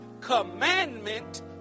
commandment